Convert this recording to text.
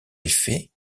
effet